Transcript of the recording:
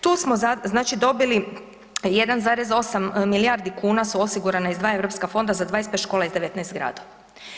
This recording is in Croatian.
Tu smo znači dobili 1,8 milijardi kuna su osigurana iz 2 europska fonda za 25 škola iz 19 gradova.